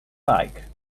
like